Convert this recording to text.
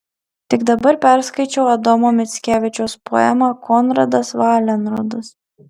tik dabar perskaičiau adomo mickevičiaus poemą konradas valenrodas